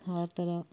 ਹਰ ਤਰ੍ਹਾਂ